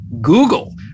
Google